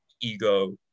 ego